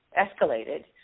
escalated